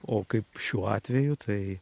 o kaip šiuo atveju tai